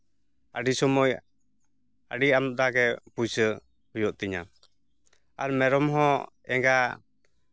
ᱟᱹᱰᱤ ᱥᱚᱢᱚᱭ ᱟᱹᱰᱤ ᱟᱢᱫᱟ ᱜᱮ ᱯᱩᱭᱥᱟᱹ ᱦᱩᱭᱩᱜ ᱛᱤᱧᱟᱹ ᱟᱨ ᱢᱮᱨᱚᱢ ᱦᱚᱸ ᱮᱸᱜᱟ